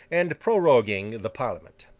and proroguing the parliament.